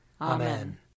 Amen